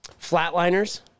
Flatliners